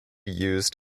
used